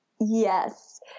Yes